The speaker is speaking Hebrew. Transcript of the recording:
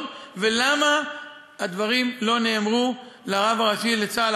ולמה הדברים לא נאמרו לרב הראשי לצה"ל,